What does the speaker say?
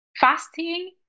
fasting